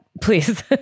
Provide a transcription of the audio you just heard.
Please